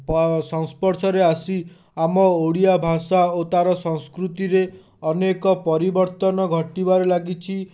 ବା ସଂସ୍ପର୍ଶରେ ଆସି ଆମ ଓଡ଼ିଆ ଭାଷା ଓ ତା'ର ସଂସ୍କୃତିରେ ଅନେକ ପରିବର୍ତ୍ତନ ଘଟିବାରେ ଲାଗିଛି